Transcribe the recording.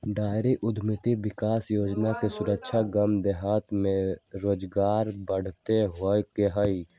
dairy उद्यमिता विकास योजना के उद्देश्य गाम देहात में रोजगार बढ़ाबे के हइ